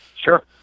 Sure